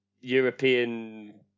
European